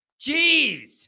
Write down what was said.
Jeez